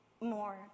more